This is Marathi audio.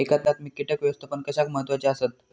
एकात्मिक कीटक व्यवस्थापन कशाक महत्वाचे आसत?